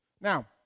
Now